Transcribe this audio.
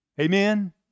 Amen